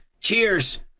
Cheers